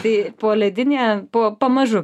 tai poledinė po pamažu